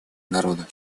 народа